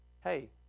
Hey